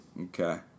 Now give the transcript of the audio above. Okay